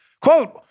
Quote